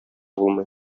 булмый